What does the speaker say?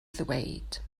ddweud